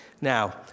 Now